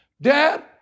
Dad